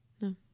No